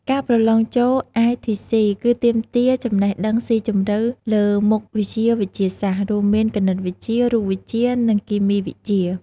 ការប្រឡងចូល ITC គឺទាមទារចំណេះដឹងស៊ីជម្រៅលើមុខវិជ្ជាវិទ្យាសាស្ត្រ រួមមាន គណិតវិទ្យា រូបវិទ្យា និងគីមីវិទ្យា។